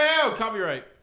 copyright